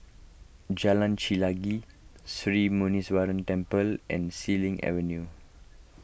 Jalan Chelagi Sri Muneeswaran Temple and Xilin Avenue